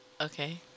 Okay